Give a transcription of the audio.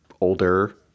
older